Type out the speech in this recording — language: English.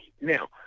Now